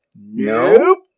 Nope